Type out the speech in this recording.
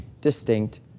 distinct